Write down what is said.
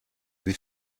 wie